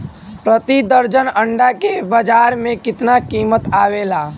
प्रति दर्जन अंडा के बाजार मे कितना कीमत आवेला?